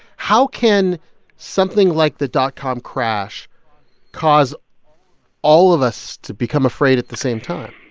how can something like the dot-com crash cause all of us to become afraid at the same time?